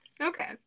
Okay